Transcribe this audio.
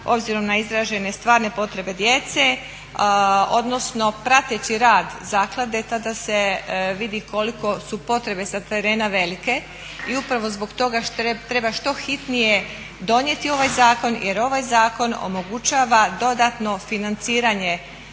obzirom na izražene stvarne potrebe djece, odnosno prateći rad zaklade tada se vidi koliko su potrebe sa terena velike i upravo zbog toga treba što hitnije donijeti ovaj zakon, jer ovaj zakon omogućava dodatno financiranje